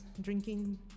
drinking